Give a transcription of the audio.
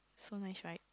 so nice right